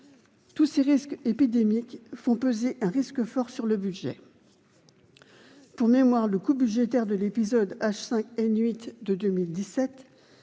Tous ces dangers épidémiques font peser des risques forts sur le budget. Pour mémoire, le coût budgétaire de l'épisode H5N8 de 2017